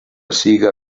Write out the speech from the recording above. siga